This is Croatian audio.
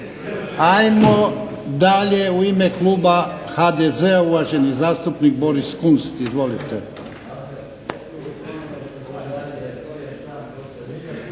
Ajmo dalje u ime Kluba HDZ-a uvaženi zastupnik Boris Kunst. Izvolite.